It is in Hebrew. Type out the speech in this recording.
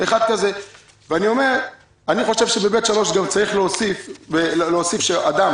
אני חושב שבסעיף ב(3) צריך להוסיף שאדם